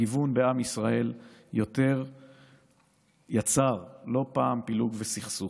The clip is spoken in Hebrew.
הגיוון בעם ישראל יצר לא פעם פילוג וסכסוך,